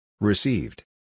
Received